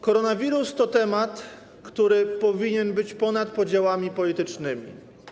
Koronawirus to temat, który powinien być ponad podziałami politycznymi.